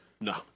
No